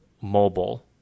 mobile